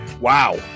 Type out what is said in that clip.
Wow